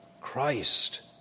Christ